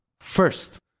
first